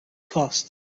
cost